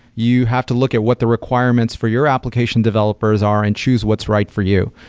you have to look at what the requirements for your application developers are and choose what's right for you.